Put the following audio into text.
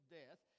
death